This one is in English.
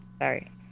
sorry